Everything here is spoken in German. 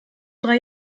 drei